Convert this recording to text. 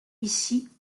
ici